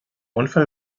unfall